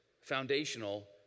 foundational